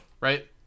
Right